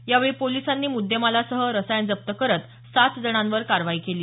यावेळी पोलिसांनी मुद्देमालासह रसायन जप्त करत सात जणांवर कारवाई केली